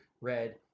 red